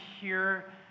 hear